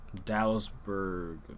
Dallasburg